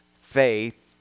Faith